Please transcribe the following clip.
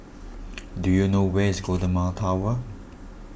do you know where is Golden Mile Tower